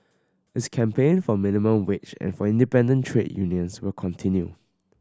its campaign for minimum wage and for independent trade unions will continue